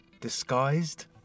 Disguised